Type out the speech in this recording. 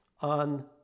on